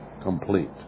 complete